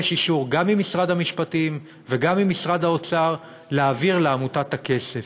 יש אישור גם ממשרד המשפטים וגם ממשרד האוצר להעביר לעמותה כסף.